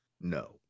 No